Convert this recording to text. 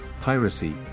piracy